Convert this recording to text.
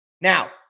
Now